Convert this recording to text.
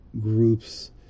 groups